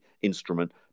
instrument